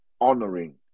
honoring